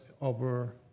over